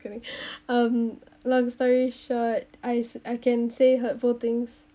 kidding um long story short I I can say hurtful things